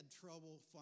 trouble